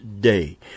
day